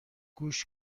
گوش